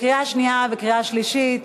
קריאה שנייה וקריאה שלישית.